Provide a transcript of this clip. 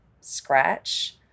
scratch